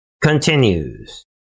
continues